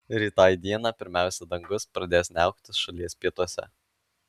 rytoj dieną pirmiausia dangus pradės niauktis šalies pietuose